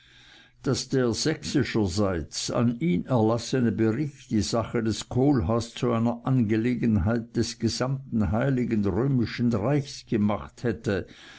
daß der sächsischerseits an ihn erlassene bericht die sache des kohlhaas zu einer angelegenheit gesamten heiligen römischen reichs gemacht hätte